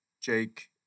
Jake